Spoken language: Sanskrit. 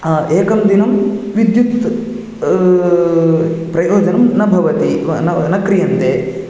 एकं दिनं विद्युत् प्रयोजनं न भवति व न क्रियन्ते